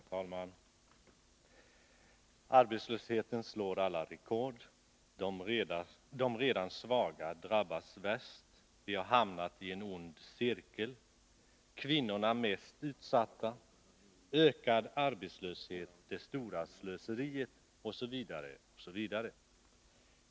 Herr talman! ”Arbetslösheten slår alla rekord”, ”De redan svaga drabbas värst”, ”Vi har hamnat i en ond cirkel”, ”Kvinnorna mest utsatta”, ”Ökad arbetslöshet, det stora slöseriet” osv.